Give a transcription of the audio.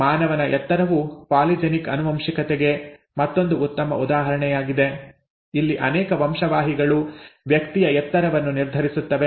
ಮಾನವನ ಎತ್ತರವು ಪಾಲಿಜೆನಿಕ್ ಆನುವಂಶಿಕತೆಗೆ ಮತ್ತೊಂದು ಉತ್ತಮ ಉದಾಹರಣೆಯಾಗಿದೆ ಇಲ್ಲಿ ಅನೇಕ ವಂಶವಾಹಿಗಳು ವ್ಯಕ್ತಿಯ ಎತ್ತರವನ್ನು ನಿರ್ಧರಿಸುತ್ತವೆ